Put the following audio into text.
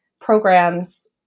programs